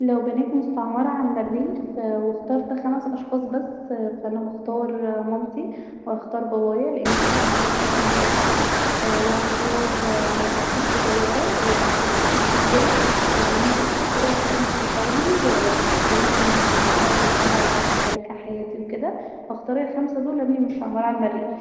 لو بنيت مستعمره علي المريخ واخترت خمس أشخاص بس انا هختار مامتي وهختار بابايا لأن طبعا مقدرش اعيش من غيرهم وهختار اختي الصغيره وهختار اختي الكبيره وممكن هختار واحده من صحابي دايما بحب اقعد معاها وبحب اشاركها حياتي هختار الخمسه دول وابني مستعمره علي المريخ